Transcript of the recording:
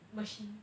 machine